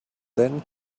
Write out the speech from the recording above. then